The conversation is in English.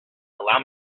allow